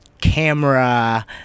camera